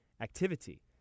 activity